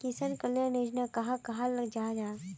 किसान कल्याण योजना कहाक कहाल जाहा जाहा?